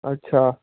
ਅੱਛਾ